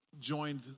joined